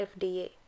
FDA